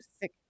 sick